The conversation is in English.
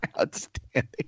Outstanding